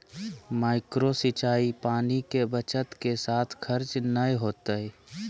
micro सिंचाई पानी के बचत के साथ खर्च नय होतय